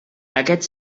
aquest